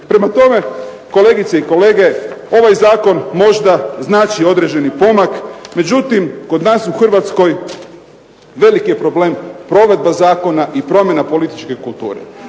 Prema tome, kolegice i kolege, ovaj Zakon možda znači određeni pomak. Međutim, kod nas u Hrvatskoj velik je problem provedba zakona i promjena političke kulture.